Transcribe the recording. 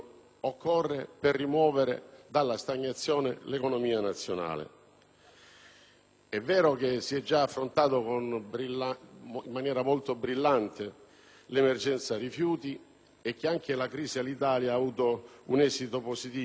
È vero che si è già affrontata in maniera molto brillante l'emergenza rifiuti e che anche la crisi Alitalia ha avuto un esito positivo. Bisogna richiamare all'attenzione che forse viviamo anche un momento